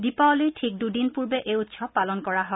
দীপাৱলীৰ ঠিক দুদিন পূৰ্বে এই উৎসৱ পালন কৰা হয়